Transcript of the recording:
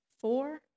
four